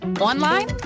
online